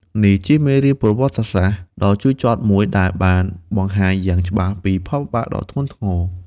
នេះជាមេរៀនប្រវត្តិសាស្ត្រដ៏ជូរចត់មួយ ដែលបានបង្ហាញយ៉ាងច្បាស់ពីផលវិបាកដ៏ធ្ងន់ធ្ងរ។